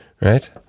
Right